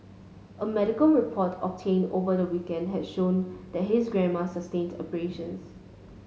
a medical report obtained over the weekend had showed that his grandmother sustained abrasions